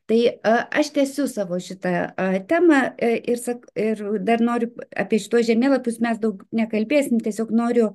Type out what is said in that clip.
tai aš tęsiu savo šitą temą ir sa ir dar noriu apie šituos žemėlapius mes daug nekalbėsim tiesiog noriu